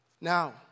now